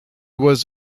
was